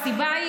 מה הסיבה?